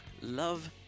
Love